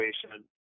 situation